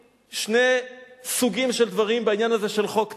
שני סוגים של דברים בעניין הזה של חוק טל,